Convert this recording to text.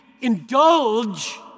indulge